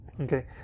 Okay